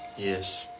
yes.